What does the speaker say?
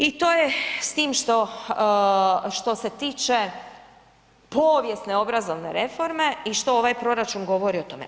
I to je s tim što, što se tiče povijesne obrazovne reforme i što ovaj proračun govori o tome.